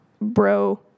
bro